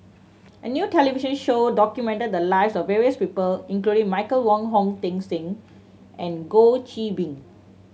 a new television show documented the lives of various people including Michael Wong Hong Teng Sing and Goh Qiu Bin